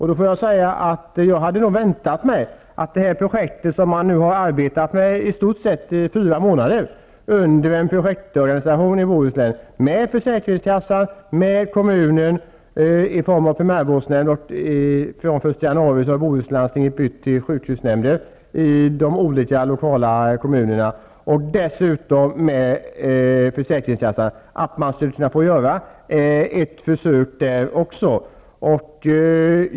Jag får då säga att jag hade väntat mig att man skulle få göra ett försök när man nu ändå arbetat i stort sett i fyra månader under en projektorganisation i Bohuslän med representanter för försäkringskassan, kommunen i form av primärvårdsnämnd -- den 1 januari ändrades den till sjukhusnämnd i de olika kommunerna -- och dessutom försäkringskassan.